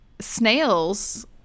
Snails